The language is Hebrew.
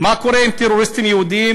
מה קורה עם טרוריסטים יהודים?